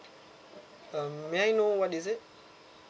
um may I know what is it